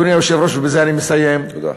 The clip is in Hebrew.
הדברים, אדוני היושב-ראש, ובזה אני מסיים, תודה.